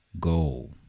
goal